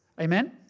Amen